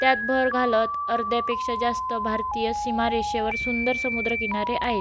त्यात भर घालत अर्ध्यापेक्षा जास्त भारतीय सीमारेषेवर सुंदर समुद्रकिनारे आहेत